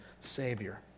Savior